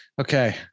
Okay